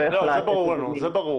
זה ברור.